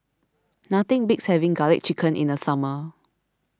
nothing beats having Garlic Chicken in the summer